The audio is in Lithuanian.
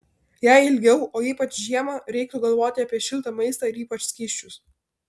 jei ilgiau o ypač žiemą reiktų galvoti apie šiltą maistą ir ypač skysčius